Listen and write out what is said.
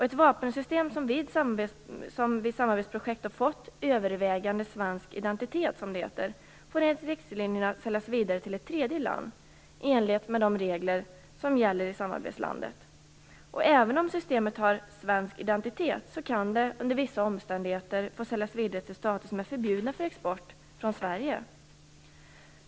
Ett vapensystem som vid ett samarbetsprojekt fått övervägande svensk identitet, som det heter, får enligt riktlinjerna säljas vidare till ett tredje land i enlighet med de regler som gäller i samarbetslandet. Även om systemet har svensk identitet kan det under vissa omständigheter få säljas vidare till stater som är förbjudna för export från Sverige.